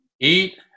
eat